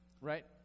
right